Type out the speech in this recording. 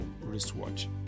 wristwatch